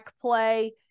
play